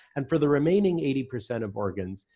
and for the remaining eighty percent of organs,